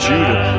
Judah